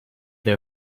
that